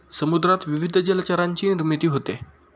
समुद्रात विविध जलचरांची निर्मिती होते